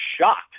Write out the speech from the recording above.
shocked